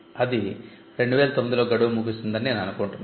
ఇది 2009 లో గడువు ముగిసిందని నేను అనుకుంటున్నాను